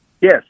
yes